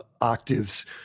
octaves